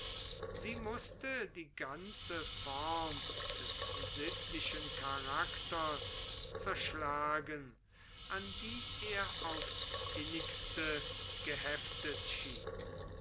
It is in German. sie mußte die ganze form des sittlichen charakters zerschlagen an die er aufs innigste geheftet schien